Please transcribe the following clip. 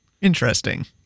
Interesting